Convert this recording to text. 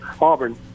Auburn